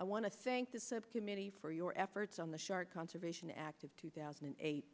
i want to thank the subcommittee for your efforts on the shark conservation act of two thousand and eight